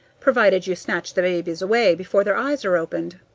provided you snatch the babies away before their eyes are opened.